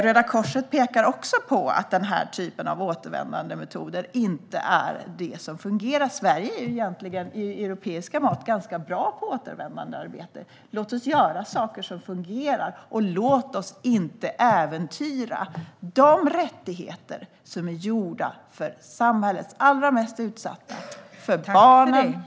Röda Korset pekar på att den här typen av återvändandemetoder inte är det som fungerar. Sverige är egentligen med europeiska mått ganska bra på återvändandearbete. Låt oss göra saker som fungerar! Låt oss inte äventyra de rättigheter som är gjorda för samhällets allra mest utsatta, för barn och andra!